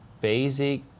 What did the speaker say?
BASIC